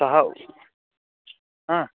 सः हा